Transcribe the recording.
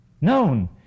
known